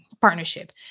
partnership